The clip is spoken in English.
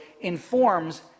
informs